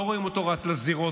לא רואים אותו רץ לזירות,